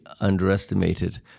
underestimated